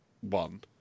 one